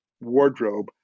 wardrobe